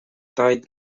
died